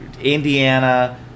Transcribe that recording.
Indiana